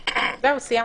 סיימתי.